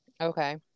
Okay